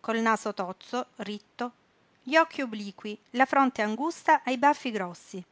col naso tozzo ritto gli occhi obliqui la fronte angusta e i baffi grossi